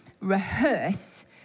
rehearse